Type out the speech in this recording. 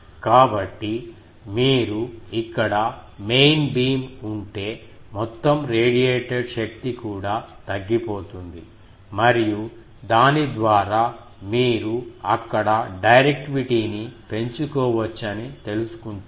కాబట్టి మీరు ఇక్కడ మెయిన్ బీమ్ ఉంటే మొత్తం రేడియేటెడ్ శక్తి కూడా తగ్గిపోతుంది మరియు దాని ద్వారా మీరు అక్కడ డైరెక్టివిటీని పెంచుకోవచ్చని తెలుసుకుంటారు